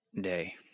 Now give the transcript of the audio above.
day